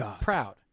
proud